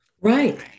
right